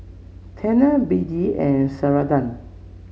Tena B D and Ceradan